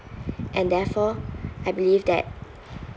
and therefore I believe that